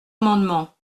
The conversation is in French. amendement